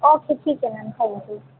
okay ठीक है ma'am thank you